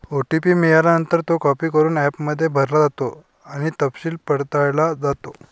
OTP मिळाल्यानंतर, तो copy करून ॲपमध्ये भरला जातो आणि तपशील पडताळला जातो